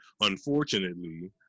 Unfortunately